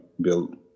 build